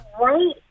right